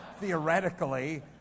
theoretically